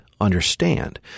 understand